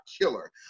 killer